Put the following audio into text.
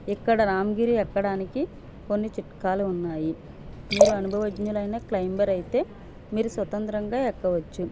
ఇక్కడ రామగిరి ఎక్కడానికి కొన్ని చిట్కాలు ఉన్నాయి మీరు అనుభవజ్ఞులైన క్లైంబర్ అయితే మీరు స్వతంత్రంగా ఎక్కవచ్చు